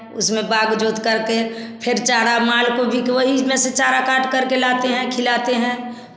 उसमे बाग़ जोत कर कर फिर चारा माल को भी वही में से चारा काट करके लाते हैं खिलाते हैं